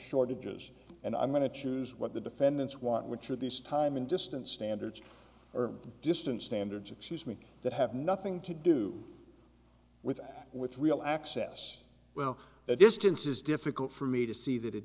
shortages and i'm going to choose what the defendants want which are these time and distance standards or distance standards excuse me that have nothing to do with with real access well that distance is difficult for me to see that it